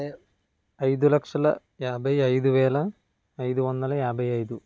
ఐదు లక్షల యాబై ఐదు వేల ఐదు వందల యాబై ఐదు